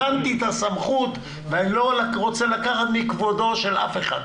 הבנתי את הסמכות ואני לא רוצה לקחת מכבודו של אף אחד,